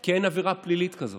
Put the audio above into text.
כי אין עבירה פלילית כזאת.